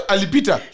Alipita